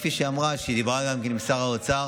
כפי שהיא אמרה, היא דיברה גם עם שר האוצר.